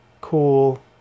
cool